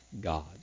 God